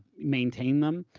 maintain them.